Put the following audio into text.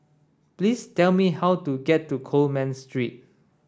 please tell me how to get to Coleman Street